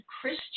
Christian